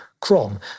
Chrome